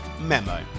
Memo